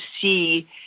see